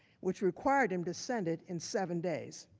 which required him to send it in seven days.